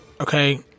okay